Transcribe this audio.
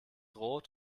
rot